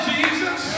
Jesus